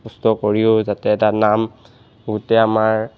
কষ্ট কৰিও যাতে তাৰ নাম গোটেই আমাৰ